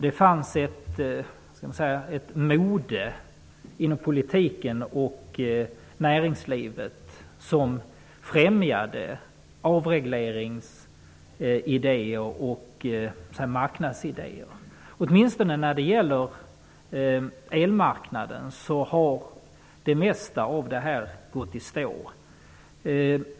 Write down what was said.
Det fanns ett mode inom politiken och näringslivet som främjade avregleringsidéer och marknadsidéer. Åtminstone när det gäller elmarknaden har det mesta av det här gått i stå.